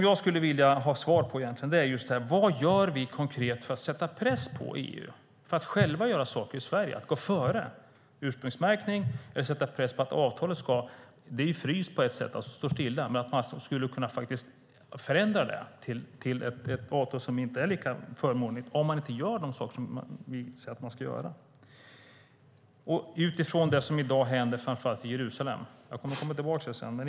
Jag skulle vilja ha svar på följande: Vad gör vi konkret för att sätta press på EU och för att vi själva ska göra saker i Sverige och gå före när det gäller ursprungsmärkning och att sätta press på att avtalet förändras - det är fryst nu - till att inte vara lika förmånligt om man inte gör de saker som vi säger att man ska göra och utifrån det som i dag händer framför allt i Jerusalem? Jag återkommer till det senare.